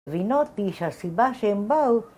וינוטי שהסיבה שהם באו